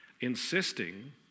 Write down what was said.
insisting